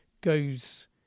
goes